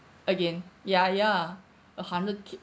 again ya ya a hundred K